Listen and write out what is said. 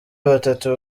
batatu